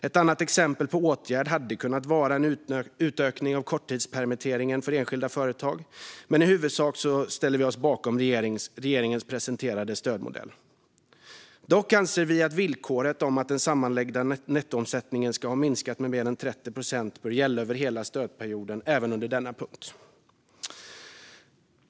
Ett annat exempel på åtgärd hade kunnat vara en utökning av korttidspermitteringen för enskilda företag, men i huvudsak ställer vi oss bakom regeringens presenterade stödmodell. Dock anser vi att villkoret om att den sammanlagda nettoomsättningen ska ha minskat med mer än 30 procent bör gälla över hela stödperioden även under denna punkt.